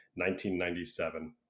1997